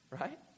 Right